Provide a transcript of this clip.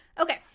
Okay